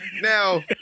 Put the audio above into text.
now